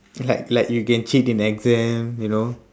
like like you can cheat in exam you know